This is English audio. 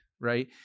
right